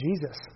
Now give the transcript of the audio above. Jesus